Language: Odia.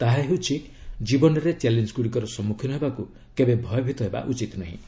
ତାହା ହେଉଛି ଜୀବନରେ ଚ୍ୟାଲେଞ୍ଜ ଗୁଡ଼ିକର ସମ୍ମୁଖୀନ ହେବାକୁ କେବେ ଭୟଭୀତ ହେବା ଉଚିତ୍ ନୁହେଁ